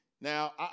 Now